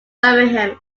birmingham